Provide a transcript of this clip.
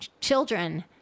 children